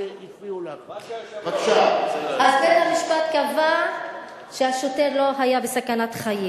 היא לא נמצאת פה על דוכן